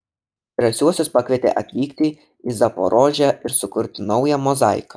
drąsiuosius pakvietė atvykti į zaporožę ir sukurti naują mozaiką